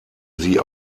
sie